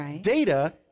Data